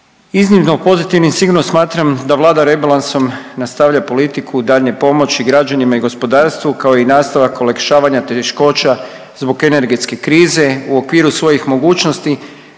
iznimno pozitivnim sigurno smatram da Vlada rebalansom nastavlja politiku daljnje pomoći građanima i gospodarstvu kao i nastavak olakšavanja teškoća zbog energetske krize u okviru svojih mogućnosti